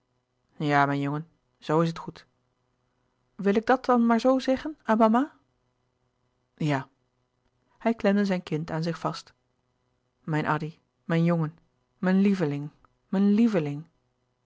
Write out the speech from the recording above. ja mijn jongen zoo is het goed wil ik dat dan maar zoo zeggen aan mama louis couperus de boeken der kleine zielen ja hij klemde zijn kind aan zich vast mijn addy mijn jongen mijn lieveling mijn lieveling